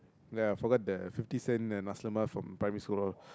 ya forgot the fifty cents Nasi-Lemak from primary school